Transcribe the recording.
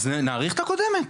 אז נאריך את הקודמת,